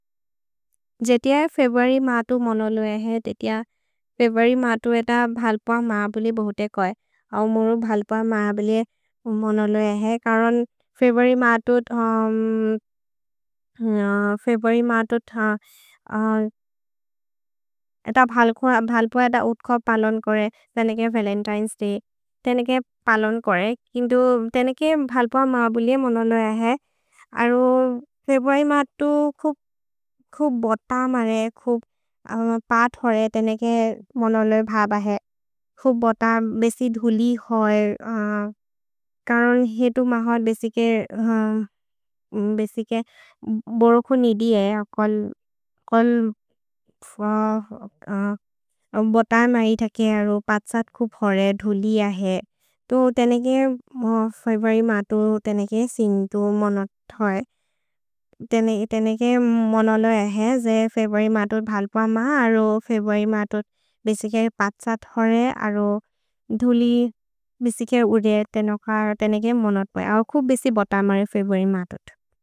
जेतिय फवोरि मतु मनलोए है, फवोरि मतु एत भल्प मा बुले बहुते कोइ औ मोरो भल्प मा बुले मनलोए है करन् फवोरि मतुत् फवोरि मतुत् एत भल्प उत्ख पलोन् कोरे तेनेके। वलेन्तिने'स् दय् तेनेके पलोन् कोरे केन्दो तेनेके भल्प मा बुले मनलोए है। अरो फवोरि मतुत् खुब् बोत मरे खुब् पत् होरे तेनेके मनलोए भब है खुब् बोत बेसि धुलि होरे करन् हेतु। मह बेसिके बेसिके बोरोको निदि है कोल् बोत मरे थके अरो पत् सत् खुब् होरे धुलि अहे तो तेनेके फवोरि मतुत्। तेनेके सिन्दु मनतोए तेनेके मनलोए है जे फवोरि मतुत् भल्प मा अरो फवोरि मतुत् बेसिके पत् सत् होरे। अरो धुलि बेसिके उदे तेनोक तेनेके मनतोए औ खुब् बेसि बोत मरे फवोरि मतुत्।